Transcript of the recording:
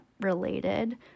related